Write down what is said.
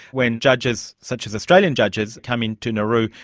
when judges such as australian judges come in to nauru,